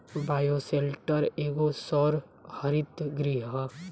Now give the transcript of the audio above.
bioshelter एगो सौर हरित गृह ह